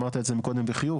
אמרת את זה מקודם בחיוך,